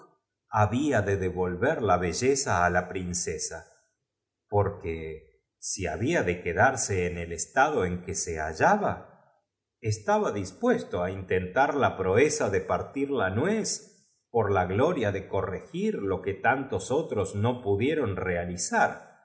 bía de devolvet la belleza á la princesa esclavina y en rigor podía pasar por un porque si había de quedarse en el estado capricho del traje ó por alguna nueva en que se hallaba estaba disf uesto á in moda que el sastre de natalio trataba de tentar la proeza de partir la nuez por la introducir suavemente e n la corte aprogloria de corregir lo que tantos otros no vechande aquellas circunstancias pudieron realizar